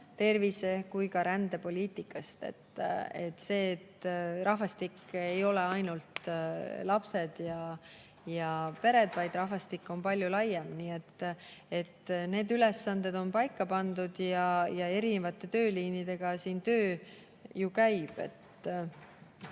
ja rändepoliitikast. Rahvastik ei ole ainult lapsed ja pered, rahvastik on palju laiem [mõiste]. Need ülesanded on paika pandud ja erinevate tööliinidega töö ju käib.